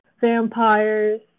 vampires